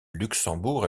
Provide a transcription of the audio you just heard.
luxembourg